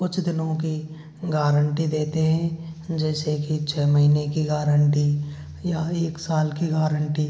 कुछ दिनों की गारंटी देते हैं जैसे कि छः महीने की गारंटी या एक साल की गारंटी